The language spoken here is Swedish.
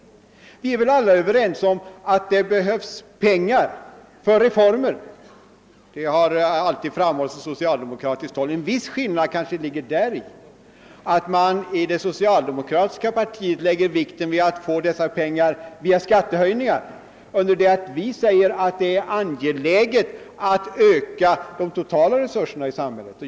Vi är väl alla överens om att det behövs pengar för reformer — det har alltid framhållits från socialdemokratisk sida. En viss skillnad ligger kanske i att socialdemokraterna lägger vikt vid att få in dessa pengar via skattehöjningar, under det att vi anser att det är angeläget att öka de totala resurserna i samhället.